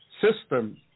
system